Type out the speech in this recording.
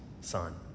son